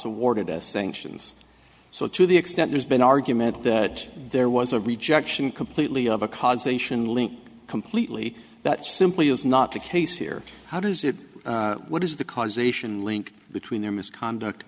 awarded as think sions so to the extent there's been argument that there was a rejection completely of a cause ation link completely that simply is not the case here how does it what is the causation link between their misconduct